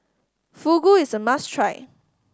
fugu is a must try